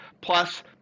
plus